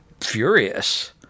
furious